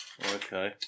Okay